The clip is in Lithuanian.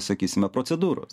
sakysime procedūros